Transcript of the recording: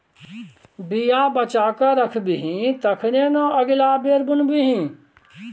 बीया बचा कए राखबिही तखने न अगिला बेर बुनबिही